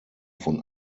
von